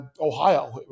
Ohio